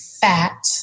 fat